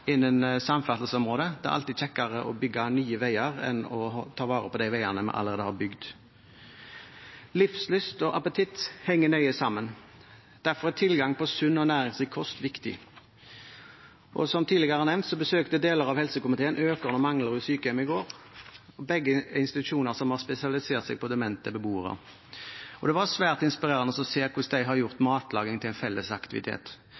innen samferdselsområdet – det er alltid kjekkere å bygge nye veier enn å ta vare på de veiene vi allerede har bygd. Livslyst og appetitt henger nøye sammen, og derfor er tilgang på sunn og næringsrik kost viktig. Som tidligere nevnt besøkte deler av helsekomiteen sykehjemmene på Økern og Manglerud i går. Begge institusjonene har spesialisert seg på demente beboere. Det var svært inspirerende å se hvordan de har gjort matlaging til en